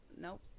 Nope